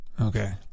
Okay